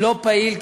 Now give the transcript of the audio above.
לא פעיל,